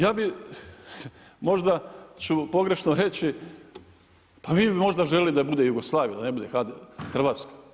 Ja bi, možda ću pogrešno reći, pa bi mi možda željeli da bude Jugoslavija, da ne bude Hrvatska.